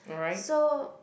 so